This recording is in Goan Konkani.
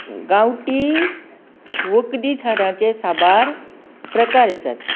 गांवटीं वखदी झाडाचे साबार प्रकार आसात